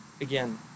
again